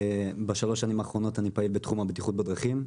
בשלוש השנים האחרונות אני פעיל בתחום הבטיחות בדרכים,